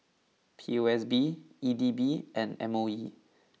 P O S B E D B and M O E